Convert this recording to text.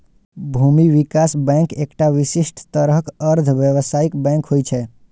भूमि विकास बैंक एकटा विशिष्ट तरहक अर्ध व्यावसायिक बैंक होइ छै